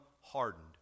hardened